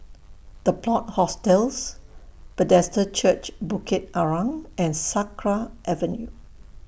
The Plot Hostels Bethesda Church Bukit Arang and Sakra Avenue